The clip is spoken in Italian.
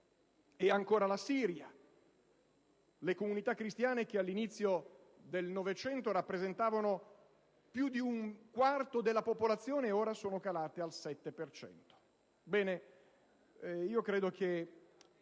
E ancora alla Siria. Le comunità cristiane che all'inizio del '900 rappresentavano più di un quarto della popolazione ora sono calate al 7